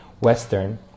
Western